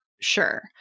Sure